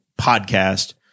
podcast